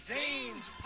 Zane's